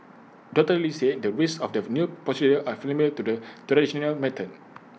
doctor lee said the risks of the new procedure are similar to the traditional method